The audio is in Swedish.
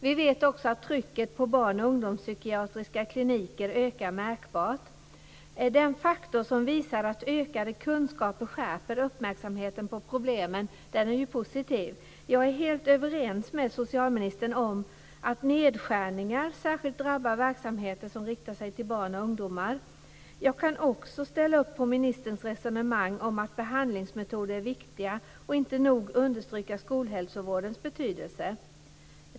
Vi vet också att trycket på barn och ungdomspsykiatriska kliniker ökat märkbart. Den faktor som innebär att ökade kunskaper skärper uppmärksamheten på problemen är positiv. Jag är helt överens med socialministern om att nedskärningar särskilt drabbar verksamheter som riktar sig till barn och ungdomar. Jag kan också ställa upp på ministerns resonemang om att behandlingsmetoder är viktiga, och jag kan inte nog understryka skolhälsovårdens betydelse.